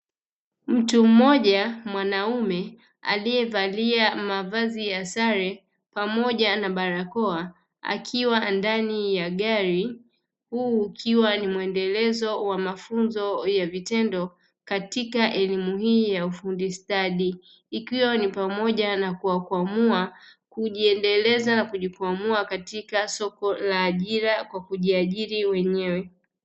Mtu mmoja mwanaume aliyevalia mavazi ya sare pamoja na barakoa akiwa ndani ya gari. Huu ukiwa ni muendelezo wa mafunzo ya vitendo katika elimu hii ya ufundi stadi; ikiwa ni pamoja na kuwakwamua, kujiendeleza na kujikwamua katika soko la ajira kwa kujiajiri wenyewe.